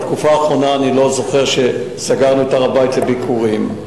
בתקופה האחרונה אני לא זוכר שסגרנו את הר-הבית לביקורים.